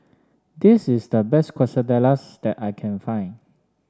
this is the best Quesadillas that I can find